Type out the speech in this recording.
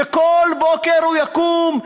שכל בוקר הוא יקום,